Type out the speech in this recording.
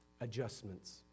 adjustments